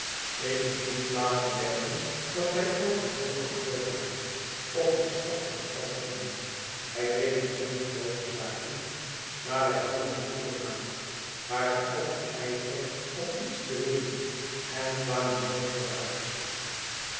ik moet niet laten denken dat wij ooit een groot kantoor werden of een schat van geld wonnen wij deden geene groote zaken maar wij hadden een goeden naam waren altijd ijverig om iets te winnen en kwamen zoo